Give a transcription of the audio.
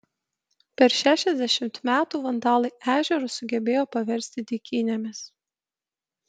per šešiasdešimt metų vandalai ežerus sugebėjo paversti dykynėmis